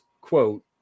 quote